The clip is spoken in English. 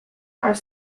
are